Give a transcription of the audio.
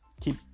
keep